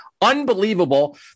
Unbelievable